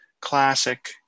classic